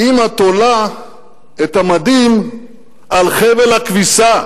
אמא תולה את המדים על חבל הכביסה.